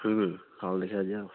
ହୁଁ ହଲ୍ ଦେଖିଆ ଯିବା ଆଉ